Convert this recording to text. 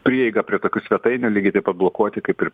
prieigą prie tokių svetainių lygiai taip pat blokuoti kaip ir